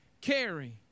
carry